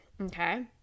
okay